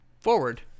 forward